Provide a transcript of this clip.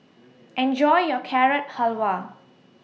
Enjoy your Carrot Halwa